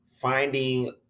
finding